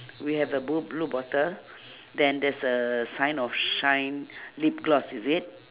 we have a blu~ blue bottle then there's a sign of shine lip gloss is it